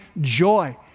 joy